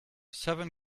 seven